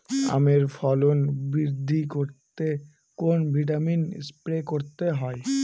আমের ফলন বৃদ্ধি করতে কোন ভিটামিন স্প্রে করতে হয়?